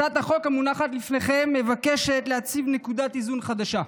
הצעת החוק המונחת לפניכם מבקשת להציב נקודת איזון חדשה.